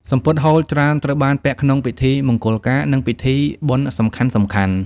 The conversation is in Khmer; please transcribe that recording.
សំពត់ហូលច្រើនត្រូវបានពាក់ក្នុងពិធីមង្គលការ និងពិធីបុណ្យសំខាន់ៗ។